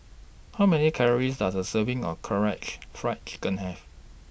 How Many Calories Does A Serving of Karaage Fried Chicken Have